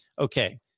okay